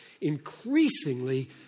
increasingly